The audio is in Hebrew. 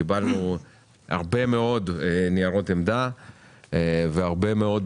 קיבלנו הרבה מאוד ניירות עמדה והרבה מאוד